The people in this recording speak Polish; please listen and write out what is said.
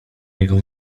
jego